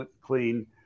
clean